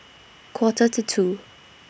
Quarter to two